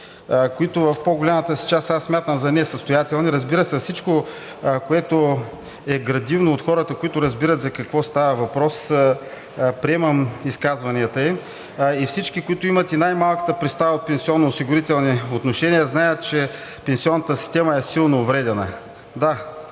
които в по-голямата си част смятам за несъстоятелни. Разбира се, всичко, което е градивно от хората, които разбират за какво става въпрос, приемам изказванията им и всички, които имат и най-малката представа от пенсионноосигурителни отношения, знаят, че пенсионната система е силно увредена.